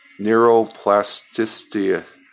neuroplasticity